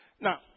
Now